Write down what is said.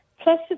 plus